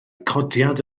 codiad